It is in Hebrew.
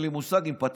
אין לי מושג אם פתחת,